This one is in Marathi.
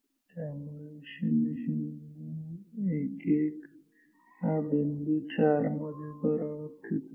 त्यामुळे 0011 हा बिंदू 4 मध्ये परावर्तित होईल